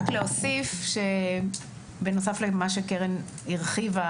בנוסף למה שקרן הרחיבה,